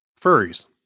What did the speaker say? Furries